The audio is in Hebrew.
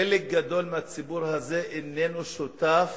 חלק גדול מהציבור הזה איננו שותף